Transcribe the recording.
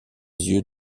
yeux